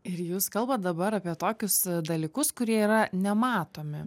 ir jūs kalbat dabar apie tokius dalykus kurie yra nematomi